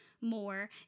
more